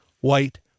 white